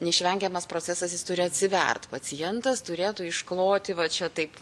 neišvengiamas procesas jis turi atsivert pacientas turėtų iškloti va čia taip